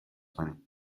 کنیم